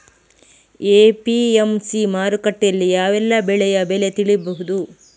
APMC ಮಾರುಕಟ್ಟೆಯಲ್ಲಿ ಯಾವೆಲ್ಲಾ ಬೆಳೆಯ ಬೆಲೆ ತಿಳಿಬಹುದು?